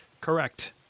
Correct